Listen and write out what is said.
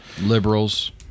Liberals